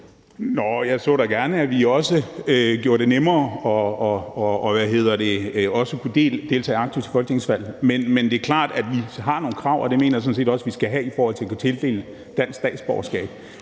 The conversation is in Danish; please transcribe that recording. Jeg så da gerne, at vi også gjorde det nemmere at kunne deltage aktivt til folketingsvalg, men det er klart, at vi har nogle krav, og det mener jeg sådan set også vi skal have, i forhold til at kunne tildele dansk statsborgerskab.